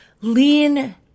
lean